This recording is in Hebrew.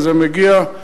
וזה מגיע.